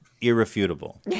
irrefutable